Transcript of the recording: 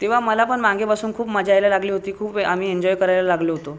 तेव्हा मलापण मागे बसून खूप मजा यायला लागली होती खूप आम्ही एन्जॉय करायला लागलो होतो